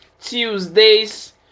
tuesday's